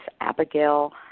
Abigail